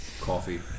Coffee